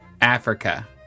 Africa